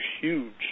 huge